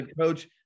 Coach